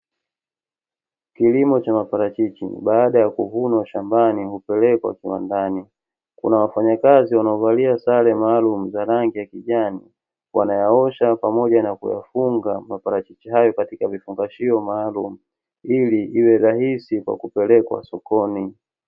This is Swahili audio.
Kilimo cha maparachichi, baada ya kuvunwa shambani hupelekwa kiwandani. Kuna wafanyakazi wanaovalia sare maalumu za rangi ya kijani, wanayaosha pamoja na kuyafunga maparachichi hayo katika vifungashio maalumu, ili iwe rahisi kwa kupelekwa sokoni.